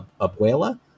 abuela